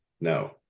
no